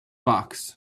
box